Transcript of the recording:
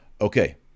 Okay